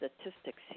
statistics